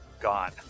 gone